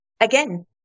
again